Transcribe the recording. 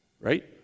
Right